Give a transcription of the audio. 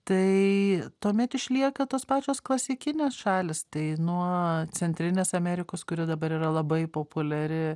tai tuomet išlieka tos pačios klasikinės šalys tai nuo centrinės amerikos kuri dabar yra labai populiari